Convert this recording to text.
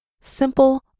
Simple